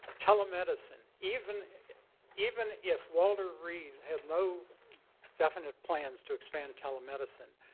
telemedicine, even even if walter reed had no definite plans to expand telemedicine